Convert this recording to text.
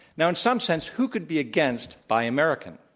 now, in some sense, who could be against buy american?